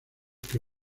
que